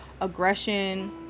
aggression